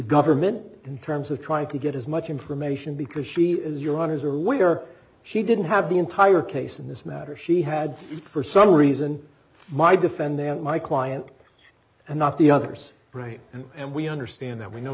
government in terms of trying to get as much information because she is your honour's or we or she didn't have the entire case in this matter she had for some reason my defendant my client and not the others right and we understand that we know